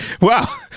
wow